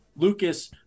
Lucas